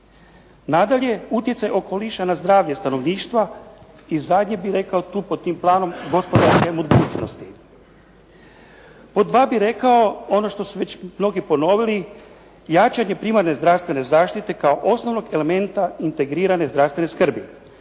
Nadalje, utjecaj okoliša na zdravlje stanovništva i zadnje bih rekao tu pod tim planom, gospodarske mogućnosti. Pod dva bih rekao ono što su već mnogi ponovili, jačanje primarne zdravstvene zaštite kao osnovnog elementa integrirane zdravstvene skrbi.